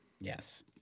Yes